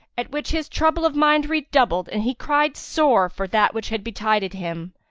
at which his trouble of mind redoubled and he cried sore for that which had betided him,